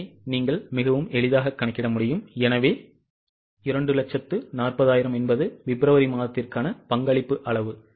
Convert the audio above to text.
எனவே 240000 என்பது பிப்ரவரி மாதத்திற்கான பங்களிப்பு அளவு